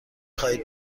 خواهید